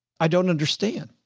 i don't understand.